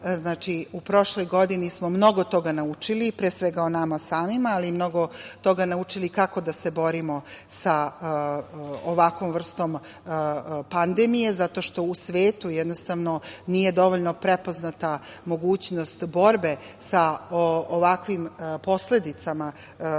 da smo u prošloj godini mnogo toga naučili, pre svega o nama samima, ali i mnogo toga naučili, kako da se borimo sa ovakvom vrstom pandemije, zato što u svetu nije dovoljno prepoznata mogućnost borbe sa ovakvim posledicama pandemije